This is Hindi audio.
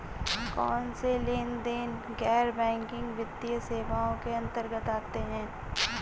कौनसे लेनदेन गैर बैंकिंग वित्तीय सेवाओं के अंतर्गत आते हैं?